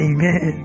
Amen